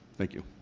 thank you.